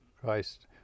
Christ